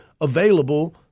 available—